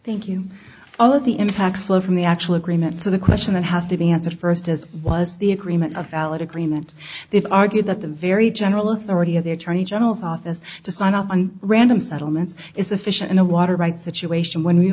all of the impacts flow from the actual agreement to the question that has to be answered first as was the agreement of valid agreement they've argued that the very general authority of the attorney general's office to sign off on random settlements is official in a water rights situation when